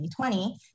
2020